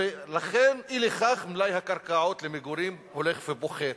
אי לכך, מלאי הקרקעות למגורים הולך ופוחת".